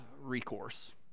recourse